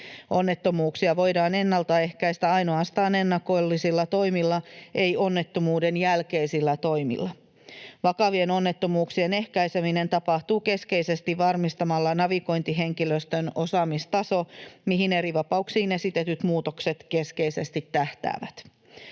Onnettomuuksia voidaan ennaltaehkäistä ainoastaan ennakollisilla toimilla, ei onnettomuuden jälkeisillä toimilla. Vakavien onnettomuuksien ehkäiseminen tapahtuu keskeisesti varmistamalla navigointihenkilöstön osaamistaso, mihin erivapauksiin esitetyt muutokset keskeisesti tähtäävät.